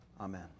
Amen